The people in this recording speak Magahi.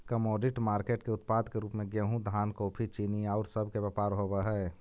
कमोडिटी मार्केट के उत्पाद के रूप में गेहूं धान कॉफी चीनी औउर सब के व्यापार होवऽ हई